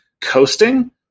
coasting